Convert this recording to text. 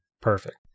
Perfect